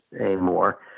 anymore